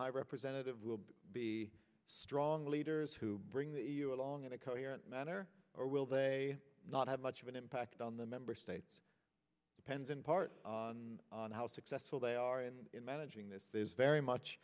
high representative will be strong leaders who bring you along in a coherent manner or will they not have much of an impact on the member states pen's in part on how successful they are in managing this is very much